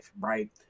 right